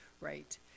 right